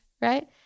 right